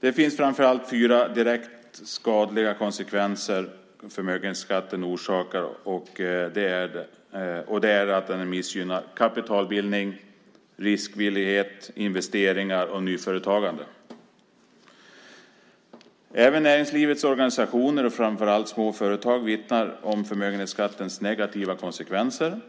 Det finns framför allt fyra direkt skadliga konsekvenser av förmögenhetsskatten, nämligen att den missgynnar kapitalbildning, riskvillighet, investeringar och nyföretagande. Även näringslivets organisationer och framför allt småföretagare vittnar om förmögenhetsskattens negativa konsekvenser